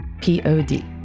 P-O-D